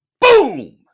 Boom